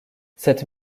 cette